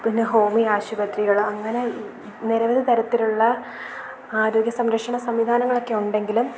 പിന്നെ ഹോമിയോ ആശുപത്രികൾ അങ്ങനെ നിരവധി തരത്തിലുള്ള ആരോഗ്യ സംരക്ഷണ സംവിധാനങ്ങളൊക്കെ ഉണ്ടെങ്കിലും